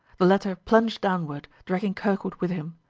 the latter plunged downward, dragging kirkwood with him.